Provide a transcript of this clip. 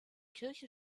kirche